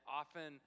often